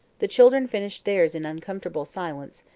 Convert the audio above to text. the children finished theirs in uncomfortable silence,